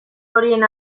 horien